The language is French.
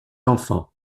enfants